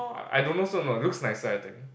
I I don't know so or not not looks nicer I think